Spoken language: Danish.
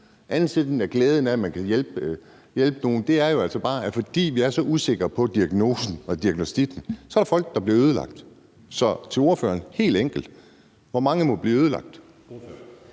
anden side af glæden over at kunne hjælpe nogen. Sådan er det jo bare, altså, fordi vi er så usikre på diagnosen og diagnostikken, så er der folk, der bliver ødelagt. Så mit spørgsmål til ordføreren er helt enkelt: Hvor mange må blive ødelagt?